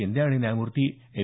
शिंदे आणि न्यायमूर्ती एम